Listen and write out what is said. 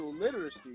literacy